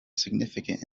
significant